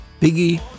Piggy